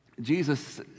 Jesus